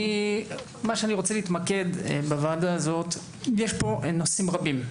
אני רוצה להתמקד בוועדה, ויש פה נושאים רבים: